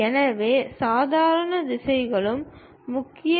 எனவே சாதாரண திசையன்களும் முக்கியம்